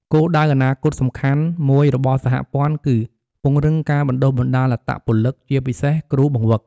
គោលដៅអនាគតសំខាន់មួយរបស់សហព័ន្ធគឺពង្រឹងការបណ្ដុះបណ្ដាលអត្តពលិក ជាពិសេសគ្រូបង្វឹក។